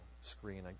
screen